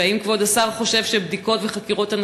והאם כבוד השר חושב שבדיקות וחקירות של